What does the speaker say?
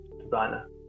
designer